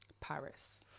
Paris